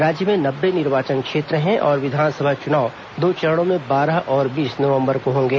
राज्य में नब्बे निर्वाचन क्षेत्र है और विधानसभा चुनाव दो चरणों में बारह और बीस नवंबर को होंगे